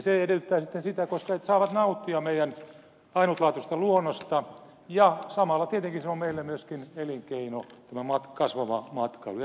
se edellyttää sitten sitä että he saavat nauttia meidän ainutlaatuisesta luonnostamme ja samalla tietenkin se on meille myöskin elinkeino tämä kasvava matkailu ja tärkeä semmoinen